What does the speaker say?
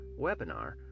webinar